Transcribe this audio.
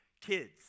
Kids